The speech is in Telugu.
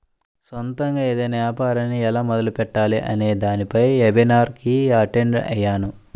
సొంతగా ఏదైనా యాపారాన్ని ఎలా మొదలుపెట్టాలి అనే దానిపై వెబినార్ కి అటెండ్ అయ్యాను